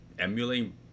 emulating